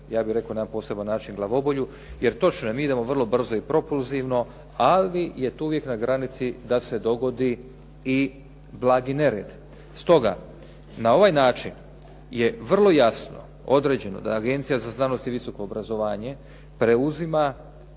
ja bih rekao, na jedan poseban način glavobolju. Jer točno je, mi idemo vrlo brzo i propulzivno, ali je tu uvijek na granici da se dogodi i blagi nered. Stoga, na ovaj način je vrlo jasno određeno da Agencija za znanost i visoko obrazovanje preuzima